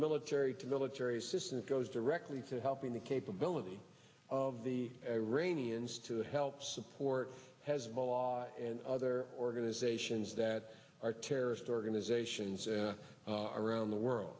military to military assistance goes directly to helping the capability of the iranians to help support hezbollah and other organizations that are terrorist organizations around the world